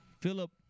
Philip